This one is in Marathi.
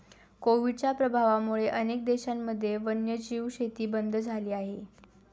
कोविडच्या प्रभावामुळे अनेक देशांमध्ये वन्यजीव शेती बंद झाली आहे